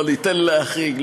לא ניתן להחריג,